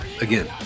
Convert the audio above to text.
again